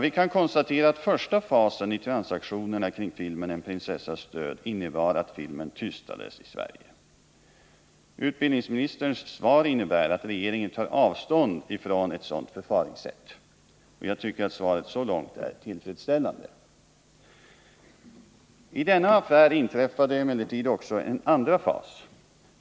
Vi kan konstatera att första fasen i transaktionerna kring filmen En prinsessas död innebar att man köpte tystnad i och med att filmen inte skulle få visas i Sverige. Utbildningsministerns svar innebär att regeringen tar avstånd ifrån ett sådant förfaringssätt. Jag tycker att svaret så långt är tillfredsställande. I denna affär inträffade emellertid också en andra fas.